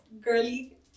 ...girly